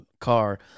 Car